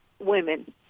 women